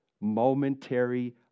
momentary